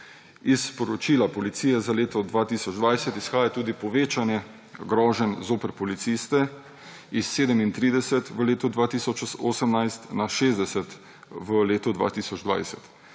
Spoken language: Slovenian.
Iz poročila policije za leto 2020 izhaja tudi povečanje groženj zoper policiste, s 37 v letu 2018 na 60 v letu 2020.